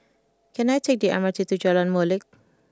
can I take the M R T to Jalan Molek